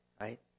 right